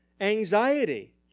anxiety